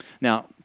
Now